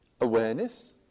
awareness